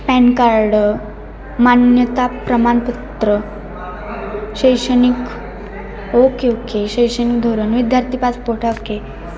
pan card मान्यता प्रमाणपत्र शैक्षणिक ओके ओके शैक्षणिक धोरण विद्यार्थी पासपोर्ट ओके